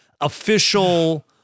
official